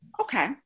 Okay